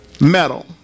metal